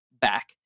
back